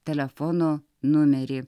telefono numerį